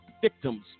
victims